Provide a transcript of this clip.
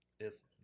Yes